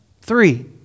Three